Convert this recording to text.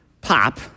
pop